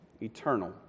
eternal